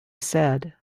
said